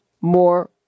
more